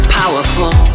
powerful